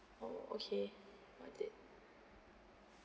oh okay got it